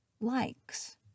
likes